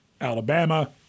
Alabama